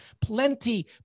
Plenty